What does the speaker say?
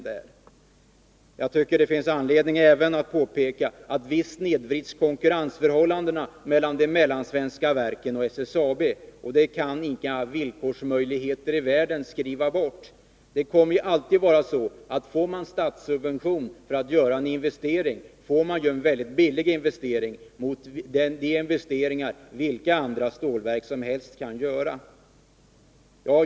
Jag tycker att det även finns anledning att påpeka att konkurrensförhållandena snedvrids mellan de mellansvenska verken och SSAB. Det kan inga villkorsmöjligheter i världen ändra på. Det kommer alltid att vara så att om ett stålverk får statssubvention för att göra en investering, då får det en väldigt billig investering jämfört med dem som övriga stålverk kan göra.